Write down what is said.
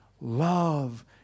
Love